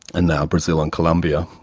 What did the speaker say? and now brazil and colombia.